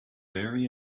very